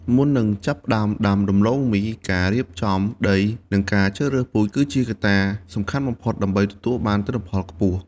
មុននឹងចាប់ផ្ដើមដាំដុះដំឡូងមី ការរៀបចំដី និងការជ្រើសរើសពូជគឺជាកត្តាសំខាន់បំផុតដើម្បីទទួលបានទិន្នផលខ្ពស់។